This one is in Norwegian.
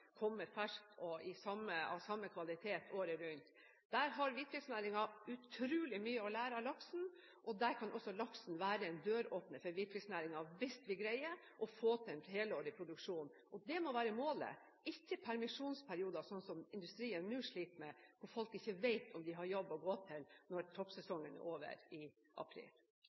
av samme kvalitet året rundt. Der har hvitfisknæringen utrolig mye å lære av laksen, og der kan også laksen være en døråpner for hvitfisknæringen hvis vi greier å få til en helårsproduksjon. Det må være målet – ikke permisjonsperioder som industrien nå sliter med, og folk som ikke vet om de har en jobb å gå til når toppsesongen er over i april.